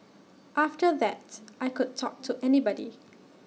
after that I could talk to anybody